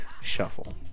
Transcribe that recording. Shuffle